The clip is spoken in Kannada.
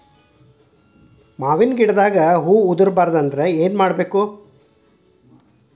ಮಾವಿನ ಗಿಡದಾಗ ಹೂವು ಉದುರು ಬಾರದಂದ್ರ ಏನು ಮಾಡಬೇಕು?